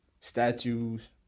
statues